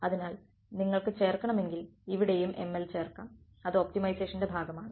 അതിനാൽ നിങ്ങൾക്ക് ചേർക്കണമെങ്കിൽ ഇവിടെയും ml ചേർക്കാം അത് ഒപ്റ്റിമൈസേഷന്റെ ഭാഗമാണ്